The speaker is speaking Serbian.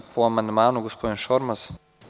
Po amandmanu, gospodin Šormaz.